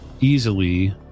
easily